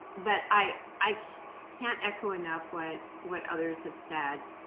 but i i can't echo enough what what others have said,